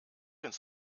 ins